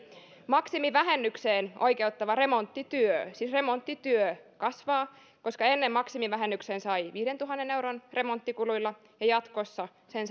maksimivähennykseen oikeuttava remonttityö siis remonttityö kasvaa koska ennen maksimivähennyksen sai viidentuhannen euron remonttikuluilla ja jatkossa sen